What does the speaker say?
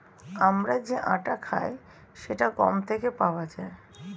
আমরা যে আটা খাই সেটা গম থেকে পাওয়া যায়